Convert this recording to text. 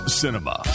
cinema